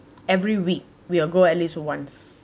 every week we'll go at least once